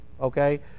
Okay